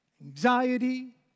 anxiety